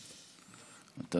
בבקשה.